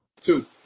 Two